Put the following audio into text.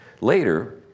Later